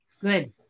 Good